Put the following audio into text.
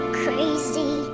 crazy